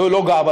זו לא גאוותנו.